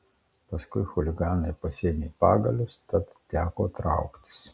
paskui chuliganai pasiėmė pagalius tad teko trauktis